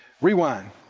Rewind